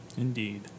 Indeed